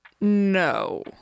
No